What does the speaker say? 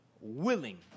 willing